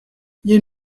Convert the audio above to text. you